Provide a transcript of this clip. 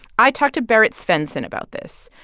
i talked to berit svendsen about this.